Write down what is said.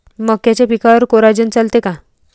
मक्याच्या पिकावर कोराजेन चालन का?